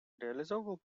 реализовывал